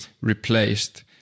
replaced